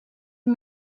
een